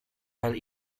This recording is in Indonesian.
hal